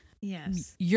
Yes